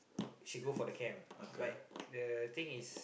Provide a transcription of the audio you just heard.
she go for the camp but the thing is